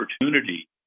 opportunity